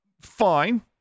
fine